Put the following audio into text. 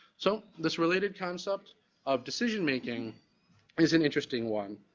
so, this related concept of decision making is an interesting one.